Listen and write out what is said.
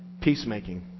peacemaking